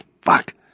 fuck